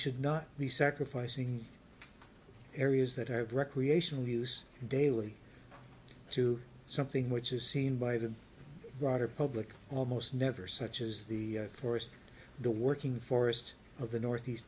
should not be sacrificing areas that are of recreational use daily to something which is seen by the broader public almost never such as the forest the working forest of the northeast